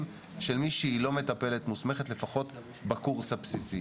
של מי שהיא לא מטפלת מוסמכת לפחות בקורס הבסיסי.